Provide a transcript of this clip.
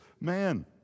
man